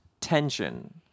tension